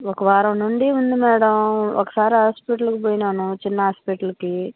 ఒక వారం నుండి ఉంది మేడం ఒకసారి హాస్పిటల్కి పోయ్యాను చిన్న హాస్పిటల్కి